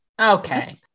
okay